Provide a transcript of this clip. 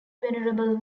venerable